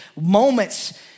moments